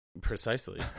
Precisely